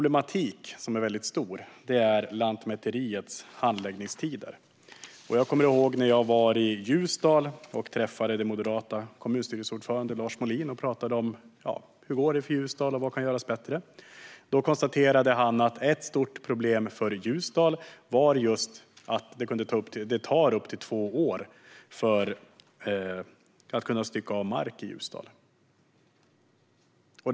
Ett stort problem är Lantmäteriets handläggningstider. När jag träffade den moderate kommunstyrelseordföranden i Ljusdal, Lars Molin, pratade vi om hur det går för Ljusdal och vad som kan göras bättre. Han konstaterade just att det är ett stort problem för Ljusdal att det tar upp till två år att få tillstånd att stycka av mark i Ljusdal. Herr talman!